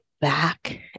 back